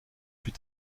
plus